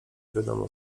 wiadomo